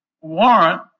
warrant